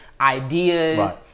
ideas